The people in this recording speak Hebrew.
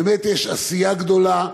באמת, יש עשייה גדולה,